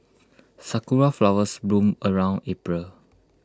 Sakura Flowers bloom around April